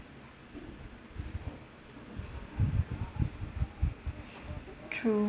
true